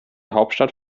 hauptstadt